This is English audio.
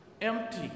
empty